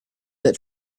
that